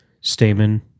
Stamen